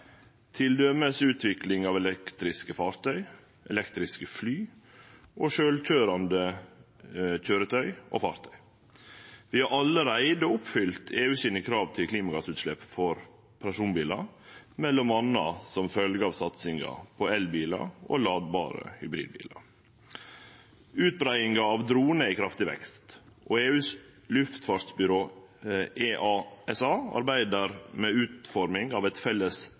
utvikling av elektriske fartøy, elektriske fly og sjølvkøyrande køyretøy og fartøy. Vi har allereie oppfylt EU sine krav til klimagassutslepp for personbilar, m.a. som følgje av satsinga på elbilar og ladbare hybridbilar. Utbreiinga av dronar er i kraftig vekst, og EUs luftfartsbyrå, EASA, arbeider med utforming av eit felles